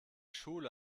schule